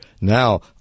Now